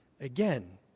again